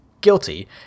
guilty